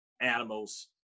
animals